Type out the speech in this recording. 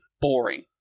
boring